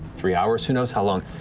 three hours, who knows how long?